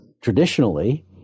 traditionally